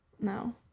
No